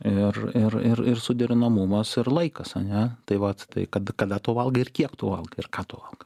ir ir ir ir suderinamumas ir laikas ane tai vat tai kad kada tu valgai ir kiek tu valgai ir ką tu valgai